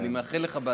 אני מאחל לך הצלחה.